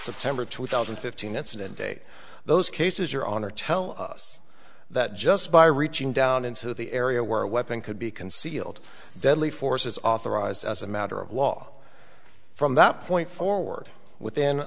september two thousand and fifteen incident de those cases your honor tell us that just by reaching down into the area where a weapon could be concealed deadly force is authorized as a matter of law from that point forward within